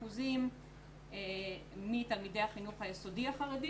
3% מתלמידי החינוך היסודי החרדי